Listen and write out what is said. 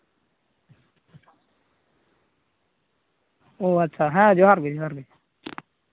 ᱚ ᱟᱪᱪᱷᱟ ᱦᱮᱸ ᱡᱚᱦᱟᱨ ᱜᱮ ᱡᱚᱦᱟᱨ ᱜᱮ